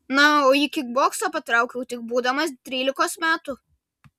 na o į kikboksą patraukiau tik būdamas trylikos metų